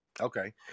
Okay